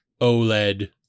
OLED